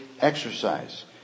exercise